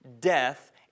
death